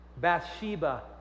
Bathsheba